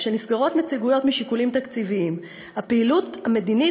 כשנסגרות נציגויות משיקולים תקציביים הפעילות המדינית